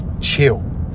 chill